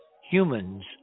humans